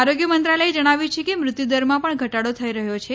આરોગ્ય મંત્રાલયે જણાવ્યું છે કે મૃત્યુદરમાં પણ ઘટાડો થઈ રહ્યો છે